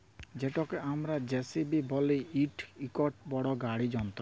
যেটকে আমরা জে.সি.বি ব্যলি ইট ইকট বড় গাড়ি যল্তর